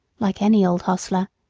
like any old hostler.